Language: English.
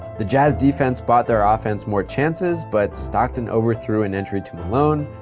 the jazz defense bought their offense more chances, but stockton overthrew an entry to malone,